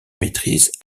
maitrise